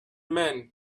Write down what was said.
men